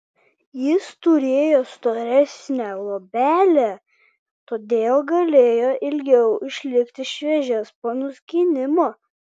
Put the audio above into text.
jis turėjo storesnę luobelę todėl galėjo ilgiau išlikti šviežias po nuskynimo